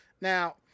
Now